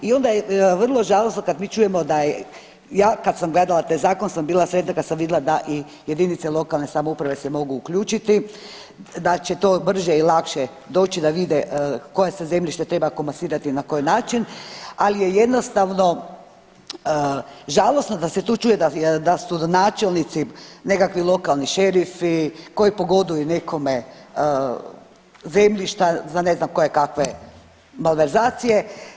I onda je vrlo žalosno kad mi čujemo da je ja kad sam gledala taj zakon sam bila sretna kad sam vidila da i jedinice lokalne samouprave se mogu uključiti, da će to brže i lakše doći da vide koje se zemljište treba komasirati na koji način, ali je jednostavno žalosno da se tu čuje da su načelnici nekakvi lokalni šerifi koji pogoduju nekome zemljišta za ne znam kojekakve malverzacije.